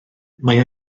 mae